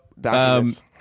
documents